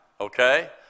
Okay